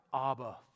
Abba